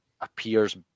appears